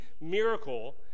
miracle